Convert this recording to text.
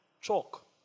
chalk